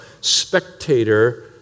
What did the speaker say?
spectator